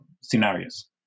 scenarios